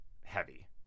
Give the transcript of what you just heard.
heavy